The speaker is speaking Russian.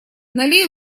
налей